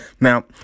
Now